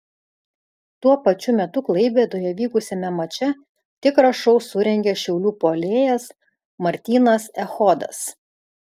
tuo pačiu metu klaipėdoje vykusiame mače tikrą šou surengė šiaulių puolėjas martynas echodas